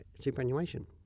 superannuation